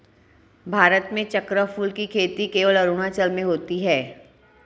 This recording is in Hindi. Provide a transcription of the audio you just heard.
भारत में चक्रफूल की खेती केवल अरुणाचल में होती है